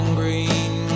green